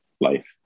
life